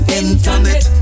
internet